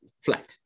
flat